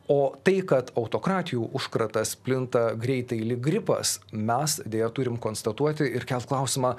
o tai kad autokratijų užkratas plinta greitai lyg gripas mes deja turim konstatuoti ir kelt klausimą